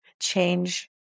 change